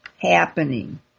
happening